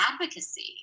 advocacy